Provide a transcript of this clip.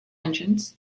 engines